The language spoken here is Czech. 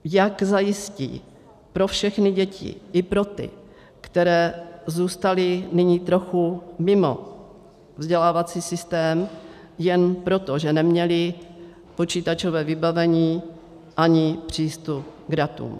Jak zajistí pro všechny děti, i pro ty, které zůstaly nyní trochu mimo vzdělávací systém jen proto, že neměly počítačové vybavení ani přístup k datům.